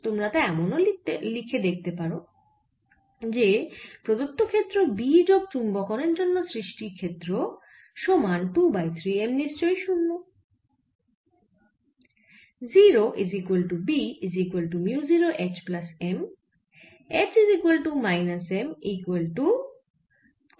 তোমরা তা এমন লিখেও দেখতে পারো যে প্রদত্ত ক্ষেত্র B যোগ চুম্বকনের জন্য সৃষ্ট ক্ষেত্র সমান 2 বাই 3 M নিশ্চই 0